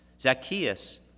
Zacchaeus